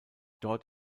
dort